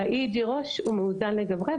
ב-EEG ראש הוא מאוזן לגמרי,